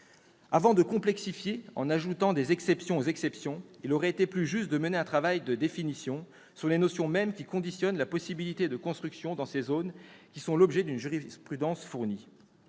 Avant de complexifier en ajoutant des exceptions aux exceptions, il aurait été plus juste de mener un travail de définition sur les notions qui conditionnent la possibilité de construction dans ces zones et qui sont l'objet d'une jurisprudence fournie.